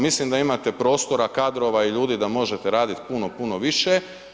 Mislim da imate prostora, kadrova i ljudi da možete raditi puno, puno više.